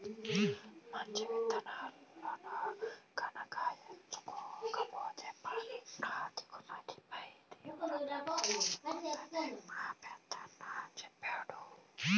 మంచి విత్తనాలను గనక ఎంచుకోకపోతే పంట దిగుబడిపై తీవ్ర ప్రభావం ఉంటుందని మా పెదనాన్న చెప్పాడు